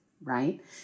right